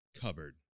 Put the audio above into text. Cupboard